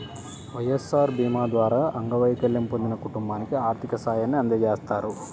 వైఎస్ఆర్ భీమా ద్వారా అంగవైకల్యం పొందిన కుటుంబానికి ఆర్థిక సాయాన్ని అందజేస్తారు